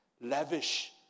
lavish